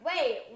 wait